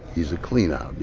he's a cleanout,